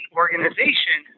organization